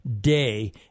day